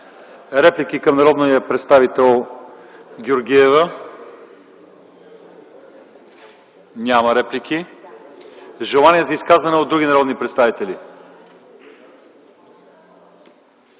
Реплики към народния представител Георгиева? Няма. Желания за изказвания от други народни представители?